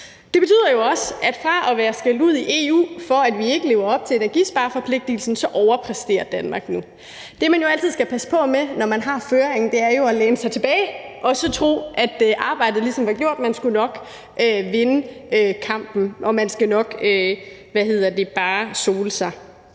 Det betyder jo også, at fra at være skældt ud i EU for ikke at leve op til energispareforpligtelsen så overpræsterer Danmark nu. Det, man jo altid skal passe på med, når man har føringen, er at læne sig tilbage og bare sole sig og så tro, at arbejdet ligesom er gjort, og at man nok skal vinde kampen. Det er ikke indstillingen hos SF.